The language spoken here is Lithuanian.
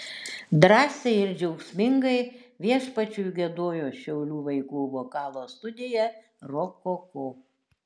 drąsiai ir džiaugsmingai viešpačiui giedojo šiaulių vaikų vokalo studija rokoko